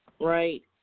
right